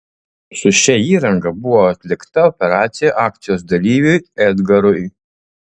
su šia įranga buvo atlikta operacija akcijos dalyviui edgarui